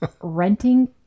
renting